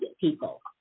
people